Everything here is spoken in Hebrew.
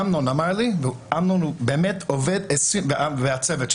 אמנון אמר לי ואמנון והצוות שלו,